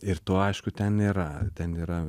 ir to aišku ten nėra ten yra